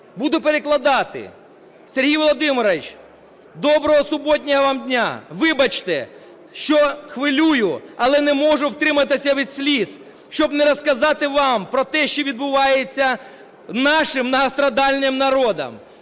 буду перекладати). Сергій Володимирович, доброго суботнього вам дня. Вибачте, що хвилюю, але не можу втриматися від сліз, щоб не розказати вам про те, що відбувається з нашим багатостраждальним народом.